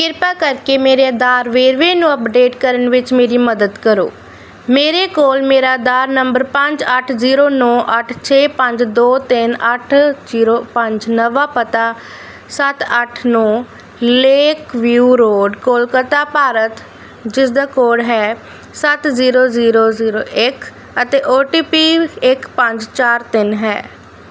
ਕ੍ਰਿਪਾ ਕਰਕੇ ਮੇਰੇ ਆਧਾਰ ਵੇਰਵੇ ਨੂੰ ਅੱਪਡੇਟ ਕਰਨ ਵਿੱਚ ਮੇਰੀ ਮਦਦ ਕਰੋ ਮੇਰੇ ਕੋਲ ਮੇਰਾ ਆਧਾਰ ਨੰਬਰ ਪੰਜ ਅੱਠ ਜ਼ੀਰੋ ਨੌਂ ਅੱਠ ਛੇ ਪੰਜ ਦੋ ਤਿੰਨ ਅੱਠ ਜ਼ੀਰੋ ਪੰਜ ਨਵਾਂ ਪਤਾ ਸੱਤ ਅੱਠ ਨੌਂ lake view road Kolkata Bharat ਜਿਸ ਦਾ ਕੋਡ ਹੈ ਸੱਤ ਜ਼ੀਰੋ ਜ਼ੀਰੋ ਜ਼ੀਰੋ ਇੱਕ ਅਤੇ ਓ ਟੀ ਪੀ ਇੱਕ ਪੰਜ ਚਾਰ ਤਿੰਨ ਹੈ